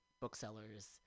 booksellers